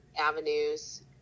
avenues